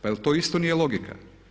Pa jel' to isto nije logika?